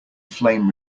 flame